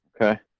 Okay